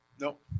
Nope